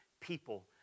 people